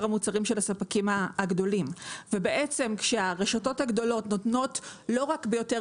המוצרים של הספקים הגדולים ובעצם כשהרשתות הגדולות נותנות לא רק ביותר